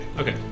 Okay